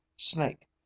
Snake